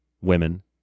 women